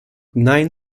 nein